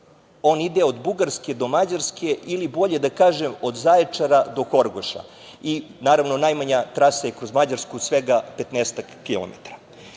on ide od Bugarske do Mađarske ili bolje da kažem, od Zaječara do Horgoša, i naravno najmanja trasa je kroz Mađarsku svega petnaestak